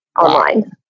online